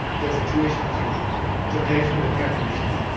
there's a tuition fee to pay for the air conditioning